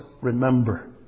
remember